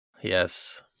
Yes